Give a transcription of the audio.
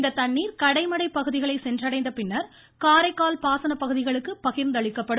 இந்த தண்ணீர் கடைமடை பகுதிகளை சென்றடைந்த பின்னர் காரைக்கால் பாசன பகுதிகளுக்கு பகிர்ந்தளிக்கப்படும்